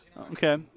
Okay